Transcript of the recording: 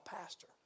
pastor